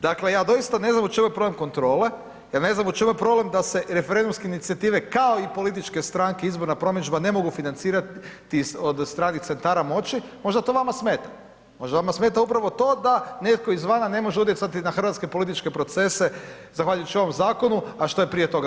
Dakle ja doista ne znam u čemu je problem kontrole, ja ne znam u čemu je problem da se referendumske inicijative kao i političke stranke, izborna promidžba ne mogu financirati od stranih centara moći, možda to vama smeta, možda vama smeta upravo to da netko izvana ne može utjecati na hrvatske političke procese zahvaljujući ovom zakonu a što je prije toga mogao.